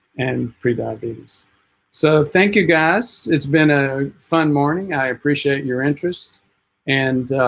and prediabetes so thank you guys it's been a fun morning i appreciate your interest and